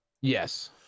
Yes